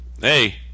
hey